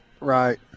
Right